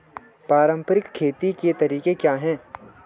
पारंपरिक खेती के तरीके क्या हैं?